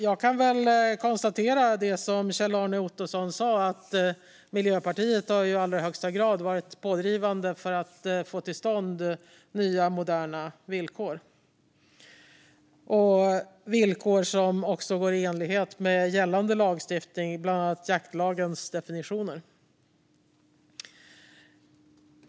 Jag kan väl konstatera att Miljöpartiet, liksom Kjell-Arne Ottosson sa, i allra högsta grad har varit pådrivande för att få till stånd nya, moderna villkor som också är i enlighet med gällande lagstiftning, bland annat jaktlagens definitioner.